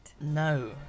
No